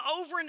over